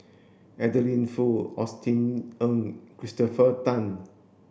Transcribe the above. Adeline Foo Austen Ong Christopher Tan